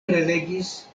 prelegis